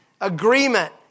Agreement